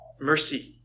mercy